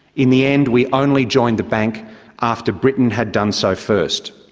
in the end, we only joined the bank after britain had done so first.